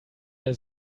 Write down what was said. der